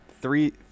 Three